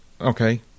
okay